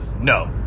No